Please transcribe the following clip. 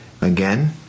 Again